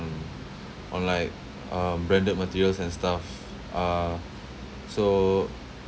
or like um branded materials and stuff uh so